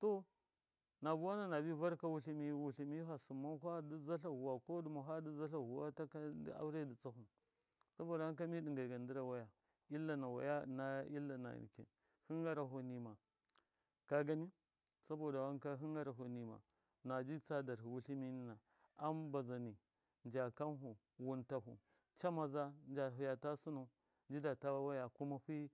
To na buwana nabi varka wutlɨmi- wutlɨmi fi fasɨmmau fadɨ zatla vuwa ko dɨma fi dɨ zatla vuwa taka ndɨ aure dɨ tsahu saboda wanka mi ɗɨgaigan ndɨra waya, illa na waya ɨna illa na nikin hɨn gharaho nima kagani saboda wanka hɨn gharaho nɨma naji tsa darhɨ wutlɨmi nin, am bazani nja kanhu camaza njata sɨnau nji data waya kuma fi